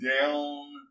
down